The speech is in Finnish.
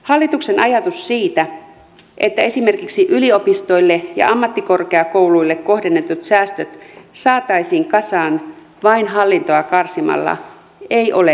hallituksen ajatus siitä että esimerkiksi yliopistoille ja ammattikorkeakouluille kohdennetut säästöt saataisiin kasaan vain hallintoa karsimalla ei ole realistinen